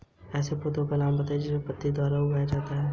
ऐसे पौधे का नाम बताइए जिसको पत्ती के द्वारा उगाया जाता है